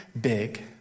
big